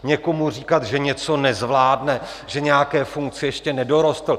Někomu říkat, že něco nezvládne, že nějaké funkci ještě nedorostl...